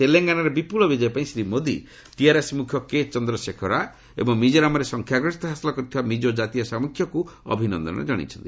ତେଲେଙ୍ଗାନାରେ ବିପୁଳ ବିଜୟ ପାଇଁ ଶ୍ରୀ ମୋଦି ଟିଆର୍ଏସ୍ ମୁଖ୍ୟ କେଚନ୍ଦ୍ରଶେଖର ରାଓ ଏବଂ ମିଜୋରାମରେ ସଂଖ୍ୟାଗରିଷ୍ଠତା ହାସଲ କରିଥିବା ମିଜୋ ଜାତୀୟ ସାମ୍ମୁଖ୍ୟକୁ ଅଭିନନ୍ଦନ ଜଣାଇଛନ୍ତି